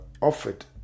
offered